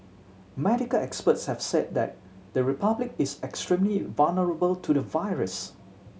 medical experts have said that the Republic is extremely vulnerable to the virus